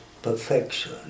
perfection